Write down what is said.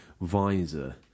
visor